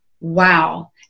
wow